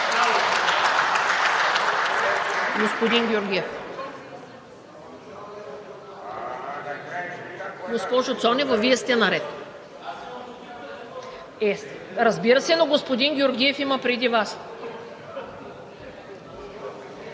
Господин Георгиев. Госпожо Цонева, Вие сте наред. Е, разбира се, но господин Георгиев е преди Вас.